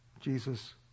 Jesus